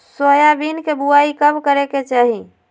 Soybean के बुआई कब करे के चाहि?